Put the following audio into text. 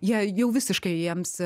jie jau visiškai jiems